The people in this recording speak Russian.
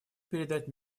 передать